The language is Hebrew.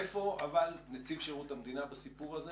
איפה אבל נציב שירות המדינה בסיפור הזה